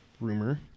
rumor